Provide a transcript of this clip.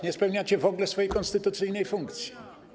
Nie spełniacie w ogóle swojej konstytucyjnej funkcji.